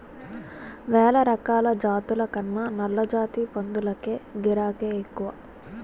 వేలరకాల జాతుల కన్నా నల్లజాతి పందులకే గిరాకే ఎక్కువ